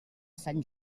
sant